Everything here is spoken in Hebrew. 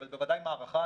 אבל בוודאי מערכה,